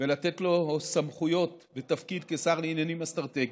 ולתת לו סמכויות ותפקיד כשר לעניינים אסטרטגיים,